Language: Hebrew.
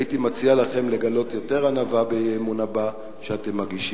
הייתי מציע לכם לגלות יותר ענווה באי-אמון הבא שאתם מגישים.